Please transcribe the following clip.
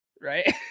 right